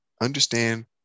Understand